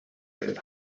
sest